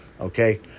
okay